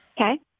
Okay